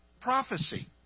prophecy